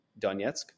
Donetsk